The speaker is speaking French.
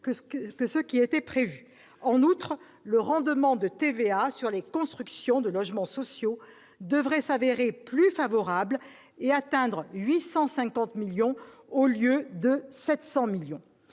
En outre, le rendement de TVA sur les constructions de logements sociaux devrait s'avérer plus favorable et atteindre 850 millions au lieu de 700 millions.